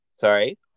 Sorry